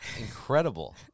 incredible